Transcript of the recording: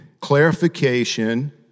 clarification